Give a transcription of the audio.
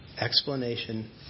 Explanation